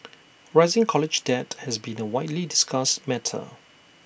rising college debt has been A widely discussed matter